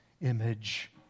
image